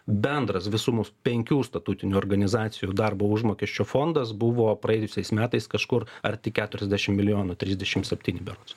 bendras visų mūsų penkių statutinių organizacijų darbo užmokesčio fondas buvo praėjusiais metais kažkur arti keturiasdešim milijonų trisdešim septyni berods